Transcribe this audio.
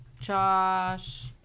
josh